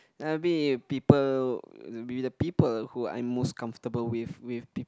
maybe be people be the people who I most comfortable with with people